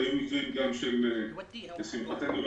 היו מקרים בחו"ל לשמחתנו,